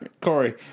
Corey